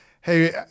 hey